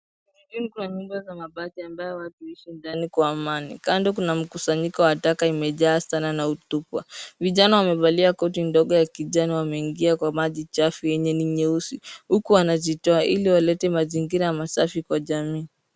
Vijijini kuna nyumba za mabati ambayo watu huishi ndani kwa amani. Kando kuna mkusanyiko wa taka a imejaa sana na hutupwa. Vijana wamevalia koti ndogo ya kijani wameingia kwa maji chafu yenye ni nyeusi huku wanajitoa iliwalete mazingira masafi kwa jamii.